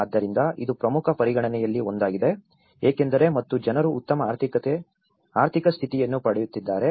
ಆದ್ದರಿಂದ ಇದು ಪ್ರಮುಖ ಪರಿಗಣನೆಗಳಲ್ಲಿ ಒಂದಾಗಿದೆ ಏಕೆಂದರೆ ಮತ್ತು ಜನರು ಉತ್ತಮ ಆರ್ಥಿಕ ಸ್ಥಿತಿಯನ್ನು ಪಡೆಯುತ್ತಿದ್ದಾರೆ